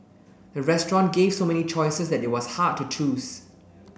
the restaurant gave so many choices that it was hard to choose